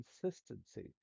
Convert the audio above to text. consistency